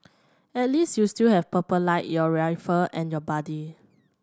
at least you still have Purple Light in your rifle and your buddy